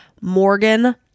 Morgan